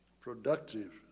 Productive